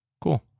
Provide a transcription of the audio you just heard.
Cool